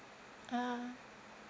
ah